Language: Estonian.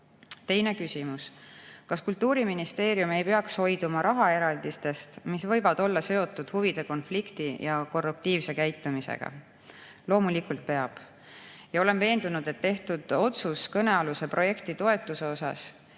Teine küsimus: "Kas Kultuuriministeerium ei peaks hoiduma rahaeraldistest, mis võivad olla seotud huvide konflikti ja korruptiivse käitumisega?" Loomulikult peab. Olen veendunud, et tehtud otsus kõnealuse projekti toetuse kohta